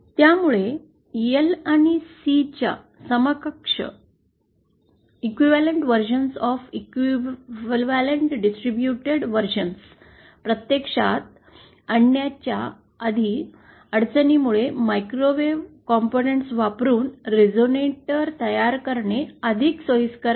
त्यामुळे एल आणि सी च्या समकक्ष वितरित आवृत्त्या प्रत्यक्षात आणण्याच्या अधिक अडचणीमुळे मायक्रोवेव्ह घटक वापरून रेझोनेटर तयार करणे अधिक सोयीस्कर आहे